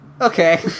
Okay